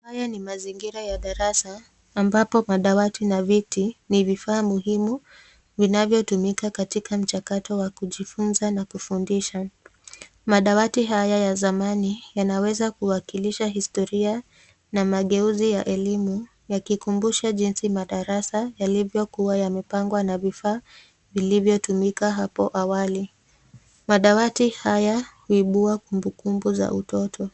Haya ni mazingira ya darasa ambapo madawati na viti ni vifaa muhimu vinavyotumika katika mchakato wa kujifunza na kufundisha. Madawati haya ya zamani yanaweza kuwakilisha historia na mageuzi ya elimu yakikumbusha jinsi madarasa yalivyokuwa yamepangwa na vifaa vilivyotumika hapo awali. Madawati haya huibua kumbukumbu za utoto.